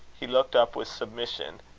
he looked up with submission,